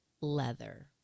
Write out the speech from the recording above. leather